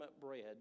bread